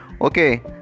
Okay